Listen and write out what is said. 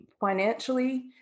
financially